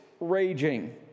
raging